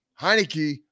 Heineke